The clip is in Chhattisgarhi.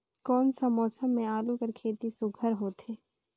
कोन सा मौसम म आलू कर खेती सुघ्घर होथे?